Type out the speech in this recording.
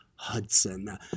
Hudson